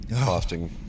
costing